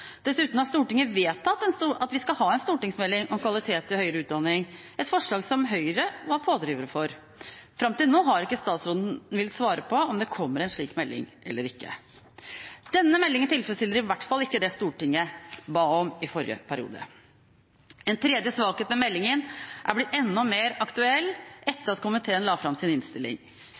Dessuten har Stortinget vedtatt at vi skal ha en stortingsmelding om kvalitet i høyere utdanning – et forslag som Høyre var pådrivere for. Fram til nå har ikke statsråden villet svare på om det kommer en slik melding eller ikke. Denne meldingen tilfredsstiller i hvert fall ikke det Stortinget ba om i forrige periode. En tredje svakhet ved meldingen er blitt enda mer aktuell